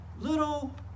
little